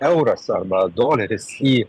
euras arba doleris į